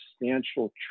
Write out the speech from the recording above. substantial